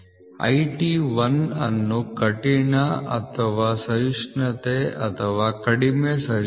IT 1 ಅನ್ನು ಕಠಿಣ ಅಥವಾ ಸಹಿಷ್ಣುತೆ ಅಥವಾ ಕಡಿಮೆ ಸಹಿಷ್ಣುತೆ